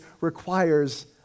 requires